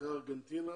אחרי ארגנטינה,